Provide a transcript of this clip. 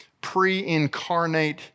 pre-incarnate